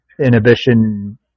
inhibition